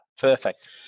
Perfect